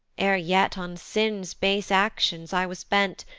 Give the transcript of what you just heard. e'er yet on sin's base actions i was bent,